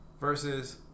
Versus